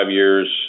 years